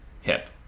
hip